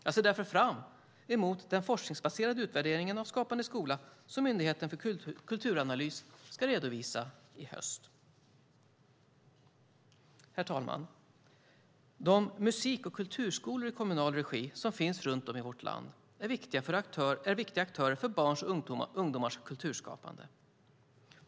Jag ser därför fram emot den forskningsbaserade utvärdering av Skapande skola som Myndigheten för kulturanalys ska redovisa i höst. Herr talman! De musik och kulturskolor i kommunal regi som finns runt om i vårt land är viktiga aktörer för barns och ungdomars kulturskapande.